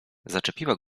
zaczepiła